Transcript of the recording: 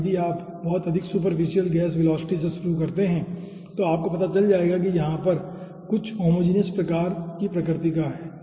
अब यदि आप बहुत अधिक सुपरफिशियल गैस वेलोसिटी से शुरू करते हैं तो आपको पता चल जाएगा कि यहाँ पर वह होमोजिनियस प्रकार की प्रकृति का है